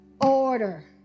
order